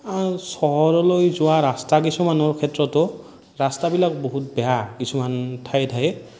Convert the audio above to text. চহৰলৈ যোৱাৰ ৰাস্তা কিছুমানৰ ক্ষেত্ৰতো ৰাস্তা বিলাক বহুত বেয়া কিছুমান ঠায়ে ঠায়ে